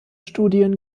studien